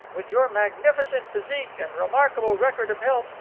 with your magnificent physique and remarkable record of health,